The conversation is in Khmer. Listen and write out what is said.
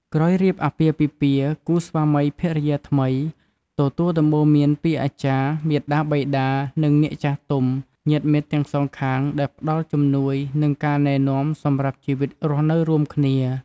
ក្រោយរៀបអាពាហ៍ពិពាហ៍គូស្វាមីភរិយាថ្មីទទួលដំបូន្មានពីអាចារ្យ មាតាបិតា និងអ្នកចាស់ទុំ ញាតិមិត្តទាំងសងខាង ដែលផ្តល់ជំនួយ និងការណែ នាំសម្រាប់ជីវិតរស់នៅរួមគ្នា។